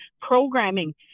programming